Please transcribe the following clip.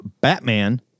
Batman